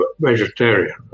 vegetarian